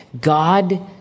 God